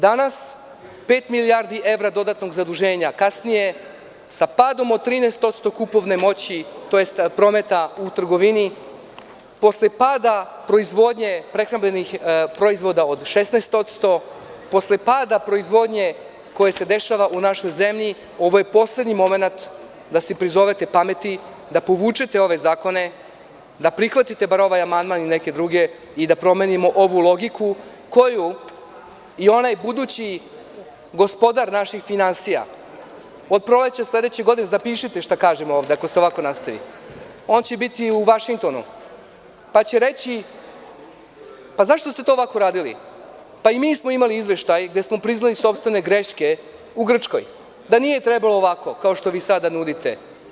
Danas pet milijardi evra dodatnog zaduženja, kasnije sa padom od 13% kupovne moći, tj. prometa u trgovini, posle pada proizvodnje prehrambenih proizvoda od 16%, posle pada proizvodnje koja se dešava u našoj zemlji, ovo je poslednji momenat da se prizovete pameti, da povučete ove zakone, da prihvatite bar ovaj amandman i neke druge i da promenimo ovu logiku koju i onaj budući gospodar naših finansija od proleća sledeće godine, zapište šta kažem ovde ako se ovako nastavi, on će biti u Vašingtonu, pa će reći – pa zašto ste to ovako radili, pa i mi smo imali izveštaj gde smo priznali sopstvene greške u Grčkoj, da nije trebalo ovako kao što vi sada nudite.